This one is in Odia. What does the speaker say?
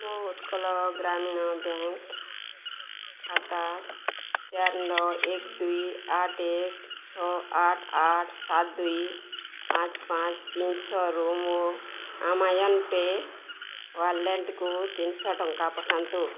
ମୋ ଉତ୍କଳ ଗ୍ରାମୀଣ ବ୍ୟାଙ୍କ ଖାତା ଚାରି ନଅ ଏକ ଦୁଇ ଆଠ ଏକ ଛଅ ଆଠ ଆଠ ସାତ ଦୁଇ ପାଞ୍ଚ ପାଞ୍ଚ ତିନି ଛଅରୁ ମୋ ଆମାଜନ୍ ପେ ୱାଲେଟ୍କୁ ତିନିଶହ ଟଙ୍କା ପଠାନ୍ତୁ